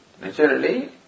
Naturally